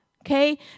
Okay